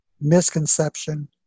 misconception